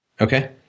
Okay